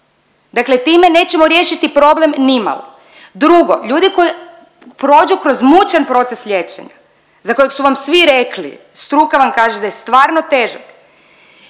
Dakle, time nećemo riješiti problem ni malo. Drugo. Ljudi koji prođu kroz mučan proces liječenja za kojeg su vam svi rekli, struka vam kaže da je stvarno težak